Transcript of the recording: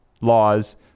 laws